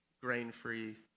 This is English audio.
grain-free